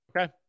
Okay